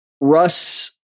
Russ